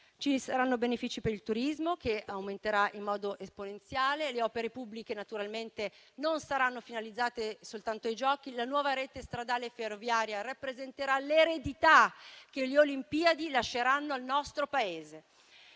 Ci saranno benefici per il turismo, che aumenterà in modo esponenziale; le opere pubbliche, naturalmente, non saranno finalizzate soltanto ai Giochi; la nuova rete stradale e ferroviaria rappresenterà l'eredità che le Olimpiadi lasceranno al nostro Paese.